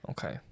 Okay